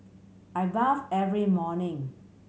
I bath every morning